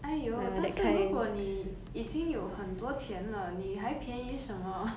!aiyo! 但是如果你已经有很多钱了你还便宜什么